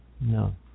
No